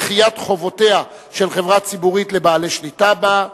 דחיית חובותיה של חברה ציבורית לבעלי השליטה בה),